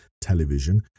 television